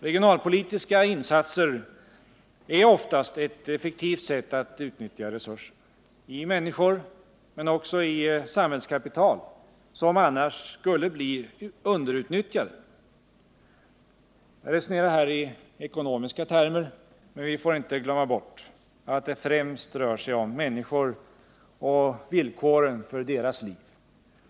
Regionalpolitiska insatser är oftast ett effektivt sätt att utnyttja resurser —i människor men också i samhällskapital — som annars skulle bli underutnyttjade. Jag resonerar här i ekonomiska termer, men vi får inte glömma bort att det främst rör sig om människor och villkoren för deras liv.